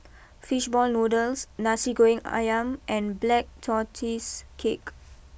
Fish Ball Noodles Nasi Goreng Ayam and Black Tortoise Cake